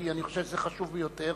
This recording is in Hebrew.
כי אני חושב שזה חשוב ביותר.